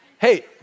hey